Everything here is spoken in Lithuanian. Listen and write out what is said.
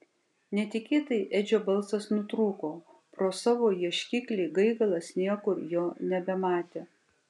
netikėtai edžio balsas nutrūko pro savo ieškiklį gaigalas niekur jo nebematė